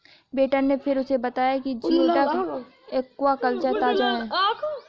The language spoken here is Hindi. वेटर ने फिर उसे बताया कि जिओडक एक्वाकल्चर ताजा है